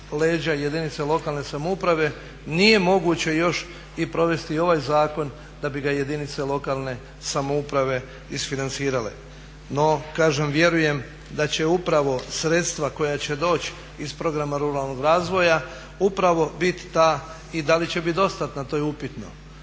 jedinice lokalne samouprave, nije moguće još i provesti ovaj zakon da bi ga jedinice lokalne samouprave isfinancirale. No kažem, vjerujem da će upravo sredstva koja će doći iz programa ruralnog razvoja upravo biti ta i da li će bit dostatna to je upitno.